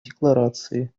декларации